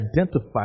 identify